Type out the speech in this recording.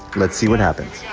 let's see what happens.